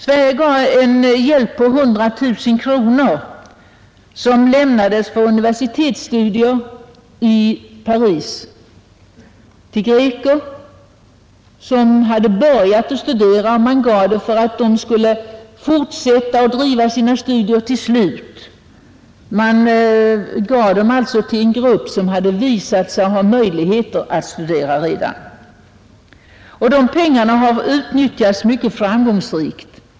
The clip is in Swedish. Sverige lämnade ett bidrag på 100 000 kronor till greker som hade börjat studera i Paris, avsett att hjälpa dem att slutföra dessa studier. Pengarna gavs alltså till en grupp som redan hade visat sig ha möjligheter att studera. Dessa pengar har utnyttjats mycket framgångsrikt.